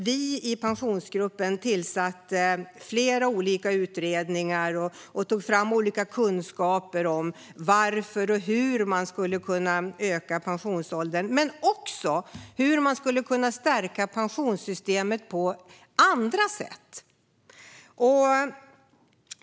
Vi i Pensionsgruppen tillsatte flera utredningar och tog fram kunskap om varför och hur man skulle kunna öka pensionsåldern men också om hur man skulle kunna stärka pensionssystemet på andra sätt.